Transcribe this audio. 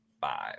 five